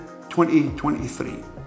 2023